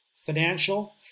financial